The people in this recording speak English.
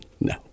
no